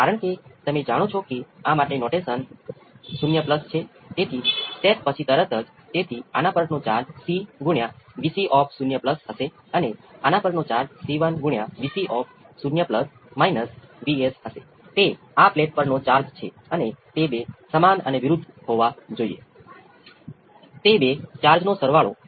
તેથી જ્યારે તમે ફોર્સ રિસ્પોન્સ ની ગણતરી કરો છો તે ચોક્કસપણે વિકલન સમીકરણને સંતોષશે પરંતુ તે નેચરલ રિસ્પોન્સનું કોઈપણ સ્કેલ વર્જન પણ વિકલન સમીકરણને સંતોષશે કારણ કે નેચરલ રિસ્પોન્સ 0 ઇનપુટ માટે વિકલન સમીકરણને સંતોષે છે